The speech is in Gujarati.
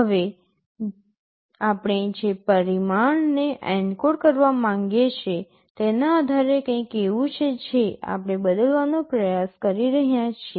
હવે આપણે જે પરિમાણને એન્કોડ કરવા માગીએ છીએ તેના આધારે કંઈક એવું છે જે આપણે બદલવાનો પ્રયાસ કરી રહ્યા છીએ